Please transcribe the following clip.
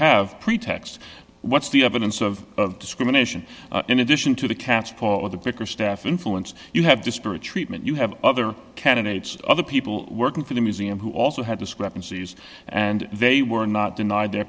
have pretext what's the evidence of discrimination in addition to the caps for the vicar staff influence you have disparate treatment you have other candidates other people working for the museum who also had discrepancies and they were not denied their